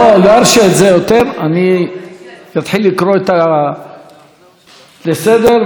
אני אתחיל לקרוא לסדר ובזה נסיים את העניין.